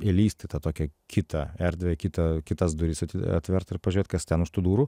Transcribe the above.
įlįst į tą tokią kitą erdvę į kitą kitas duris atvert ir pažiūrėt kas ten už tų durų